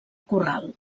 corral